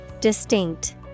Distinct